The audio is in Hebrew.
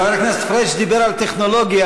חבר הכנסת פריג' דיבר על טכנולוגיה.